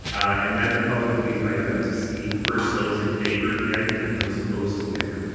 and then the public will be invited up to speak. first those in favour of the item, then those opposed to the item.